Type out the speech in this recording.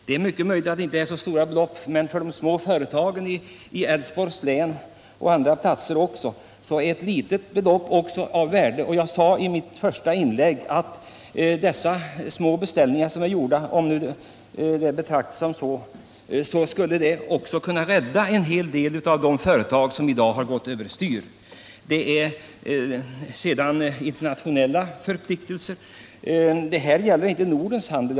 Det är mycket möjligt att det inte är så stora belopp, men för de små företagen i Älvsborgs län och inom andra områden är ett litet belopp också av värde. Jag sade i mitt första inlägg att även om de gjorda beställningarna är att betrakta som små skulle de i alla fall kunna rädda en hel del av de företag som i dag har går över styr. Handelsministern åberopar internationella förpliktelser. Men i det här fallet gäller det inte Nordens handel.